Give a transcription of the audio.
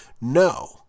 No